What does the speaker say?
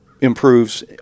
improves